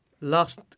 last